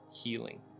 healing